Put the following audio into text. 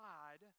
God